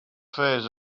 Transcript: phase